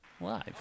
live